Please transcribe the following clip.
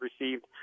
received